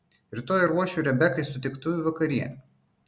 rytoj ruošiu rebekai sutiktuvių vakarienę